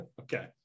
okay